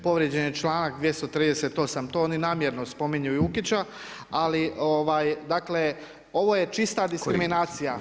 Povrijeđen je čl. 238. to oni namjerno spominju Jukića, ali dakle, ovo je čista diskriminacija.